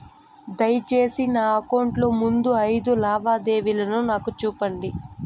దయసేసి నా అకౌంట్ లో ముందు అయిదు లావాదేవీలు నాకు చూపండి